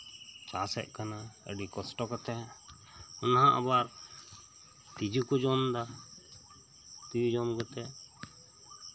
ᱪᱟᱥᱮᱫ ᱠᱟᱱᱟ ᱠᱚᱥᱴᱚ ᱠᱟᱛᱮᱫ ᱚᱱᱟᱦᱚᱸ ᱟᱵᱟᱨ ᱛᱮᱹᱡᱳ ᱠᱚ ᱡᱚᱢ ᱮᱫᱟ ᱛᱮᱹᱡᱳ ᱡᱚᱢ ᱠᱟᱛᱮᱫ